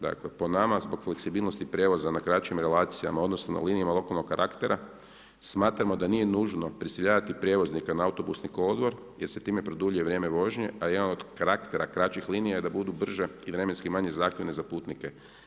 Dakle po nama zbog fleksibilnosti prijevoza na kraćim relacijama odnosno na linijama lokalnog karaktera smatramo da nije nužno prisiljavati prijevoznike na autobusni kolodvor jer se time produljuje vrijeme vožnje, a jedan od karaktera kraćih linija je da budu brže i vremenski manje zahtjevne za putnike.